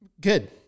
Good